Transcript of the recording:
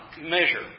measure